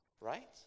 right